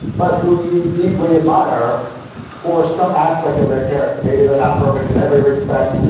but who you deeply admire for some aspect of their character. maybe they're not perfect in every respect,